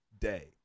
day